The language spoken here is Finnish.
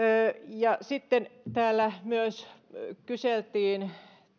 sitten täällä kyseltiin